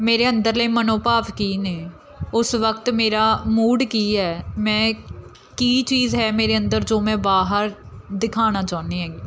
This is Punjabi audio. ਮੇਰੇ ਅੰਦਰਲੇ ਮਨੋਭਾਵ ਕੀ ਨੇ ਉਸ ਵਕਤ ਮੇਰਾ ਮੂਡ ਕੀ ਹੈ ਮੈਂ ਕੀ ਚੀਜ਼ ਹੈ ਮੇਰੇ ਅੰਦਰ ਜੋ ਮੈਂ ਬਾਹਰ ਦਿਖਾਉਣਾ ਚਾਹੁੰਦੀ ਹਾਂ